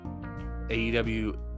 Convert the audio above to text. AEW